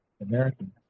American